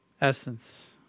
essence